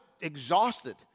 exhausted